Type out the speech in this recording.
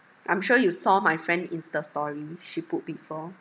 I'm sure you saw my friend insta story she put before